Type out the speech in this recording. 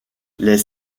les